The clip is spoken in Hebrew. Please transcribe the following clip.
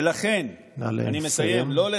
ולכן, נא לסיים.